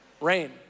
Rain